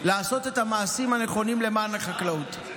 לעשות את המעשים הנכונים למען החקלאות.